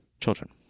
children